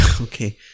Okay